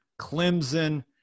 Clemson